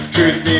Truth